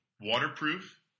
waterproof